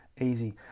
easy